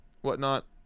whatnot